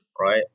right